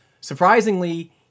Surprisingly